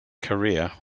career